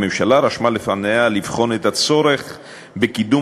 הממשלה רשמה לפניה לבחון את הצורך בקידום